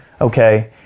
okay